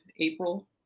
April